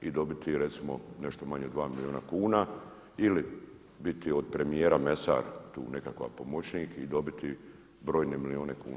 i dobiti recimo nešto manje od 2 milijuna kuna ili biti od premijera mesar, tu nekakav pomoćnik i dobiti brojne milijune kuna.